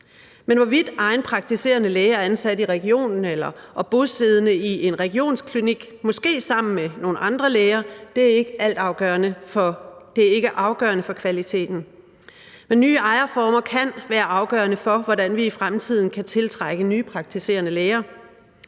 Men hvorvidt egen praktiserende læge er ansat i regionen og bosiddende i en regionsklinik, måske sammen med nogle andre læger, er ikke afgørende for kvaliteten. Men nye ejerformer kan være afgørende for, hvordan vi i fremtiden kan tiltrække nye praktiserende læger.